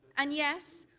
and yes,